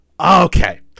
Okay